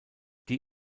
die